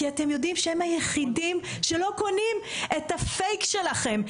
כי אתם יודעים שהם היחידים שלא קונים את הפייק שלכם,